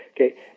Okay